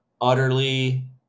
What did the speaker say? utterly